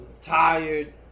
tired